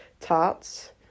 tarts